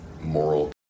moral